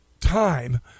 time